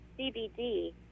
CBD